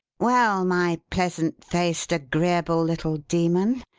well, my pleasant-faced, agreeable little demon,